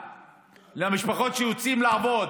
למשפחות שבהן יוצאים לעבוד,